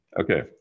Okay